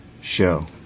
show